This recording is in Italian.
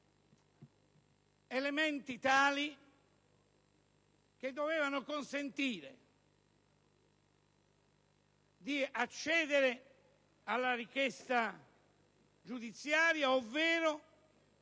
elementi tali che dovevano consentire di accedere alla richiesta giudiziaria, ovvero